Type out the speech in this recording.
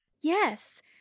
Yes